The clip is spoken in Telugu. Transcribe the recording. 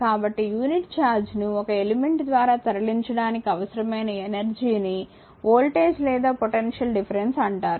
కాబట్టి యూనిట్ ఛార్జ్ను ఒక ఎలిమెంట్ ద్వారా తరలించడానికి అవసరమైన ఎనర్జీ ని వోల్టేజ్ లేదా పొటెన్షియల్ డిఫరెన్స్ అంటారు